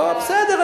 לא, בסדר.